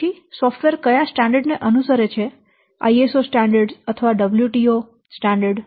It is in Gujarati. પછી સોફ્ટવેરે કયા સ્ટાન્ડર્ડ ને અનુસરે છે ISO સ્ટાન્ડર્ડ અથવા WTO સ્ટાન્ડર્ડ